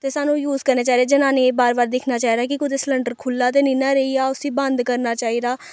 ते सानू यूज करने चाहिदे जनानियें गी बार बार दिक्खना चाहिदा कि कुतै सलैंडर खुल्ला ते नेईं ना रेही गेआ उस्सी बंद करना चाहिदा